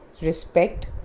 respect